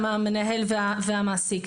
המנהל והמעסיק.